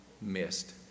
missed